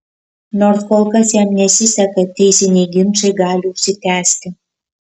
nors kol kas jam nesiseka teisiniai ginčai gali užsitęsti